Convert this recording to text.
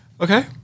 Okay